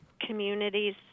communities